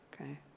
okay